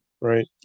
right